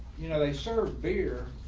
you know they serve beer,